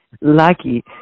lucky